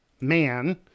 man